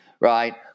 right